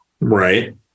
Right